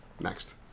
next